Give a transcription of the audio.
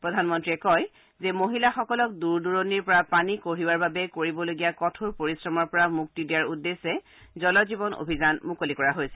প্ৰধানমন্ত্ৰীয়ে কয় যে মহিলাসকলক দূৰ দূৰণিৰ পৰা পানী কঢ়িওৱাৰ বাবে কৰিবলগীয়া কঠোৰ পৰিশ্ৰমৰ পৰা মুক্তি দিয়াৰ উদ্দেশ্যে জল জীৱন অভিযান মুকলি কৰা হৈছে